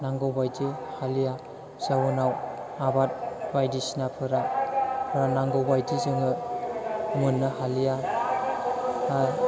नांगौ बायदि हालिया जाउनाव आबाद बायदिसिनाफोरा नांगौबायदि जोङो मोननो हालिया